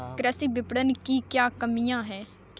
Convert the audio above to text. कृषि विपणन की क्या कमियाँ हैं?